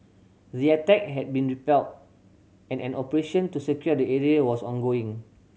the attack had been repelled and an operation to secure the area was ongoing